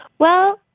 well,